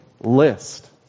list